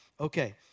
Okay